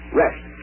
rest